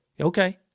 Okay